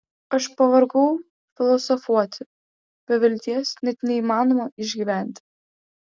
aš pavargau filosofuoti be vilties net neįmanoma išgyventi